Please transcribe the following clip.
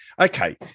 okay